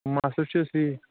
مَسلہٕ چھُ اَسہِ یی